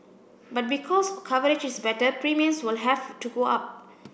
but because coverage is better premiums will have to go up